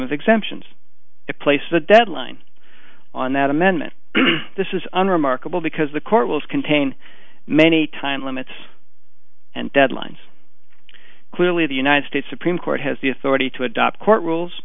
exemptions to place the deadline on that amendment this is unremarkable because the court will contain many time limits and deadlines clearly the united states supreme court has the authority to adopt court rules